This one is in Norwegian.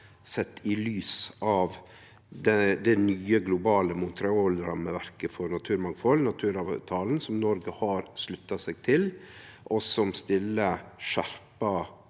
sett i lys av det nye globale Montreal-rammeverket for naturmangfald, naturavtalen, som Noreg har slutta seg til, og som stiller skjerpa